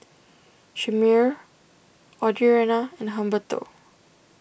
Chimere Audriana and Humberto